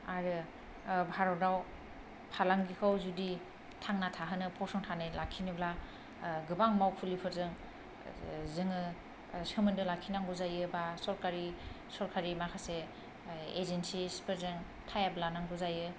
आरो भारताव फालांगिखौ जुदि थांना थाहोनो फसंथानै लाखिनोब्ला गोबां मावखुलिफोरजों जोङो सोमोन्दो लाखिनांगौ जायो बा सरकारि सरकारि माखासे एजेन्सिसफोरजों थाय आप लानांगौ जायो